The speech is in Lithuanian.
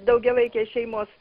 daugiavaikės šeimos